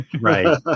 Right